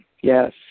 Yes